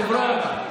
אדוני היושב-ראש,